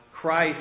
christ